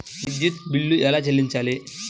విద్యుత్ బిల్ ఎలా చెల్లించాలి?